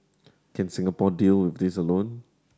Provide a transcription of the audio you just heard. can Singapore deal with this alone